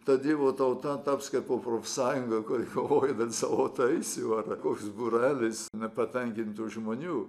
ta dievo tauta taps kaipo profsąjunga kur kovoja dėl savo teisių ar koks būrelis nepatenkintų žmonių